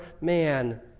man